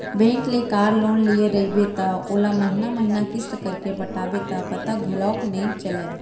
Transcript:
bank ले car loan लिये रइबे त ओला महिना महिना किस्त करके पटाबे त पता घलौक नइ चलय